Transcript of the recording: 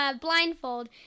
blindfold